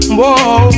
whoa